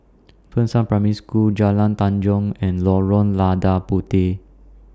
Fengshan Primary School Jalan Tanjong and Lorong Lada Puteh